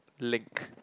link